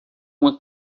uma